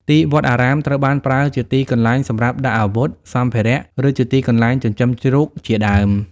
ទីវត្តអារាម ត្រូវបានប្រើជាទីកន្លែងសម្រាប់ដាក់អាវុធ សម្ភារៈ ឬជាទីកន្លែង ចិញ្ចឹមជ្រូក ជាដើម ។